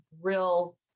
real